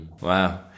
Wow